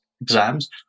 exams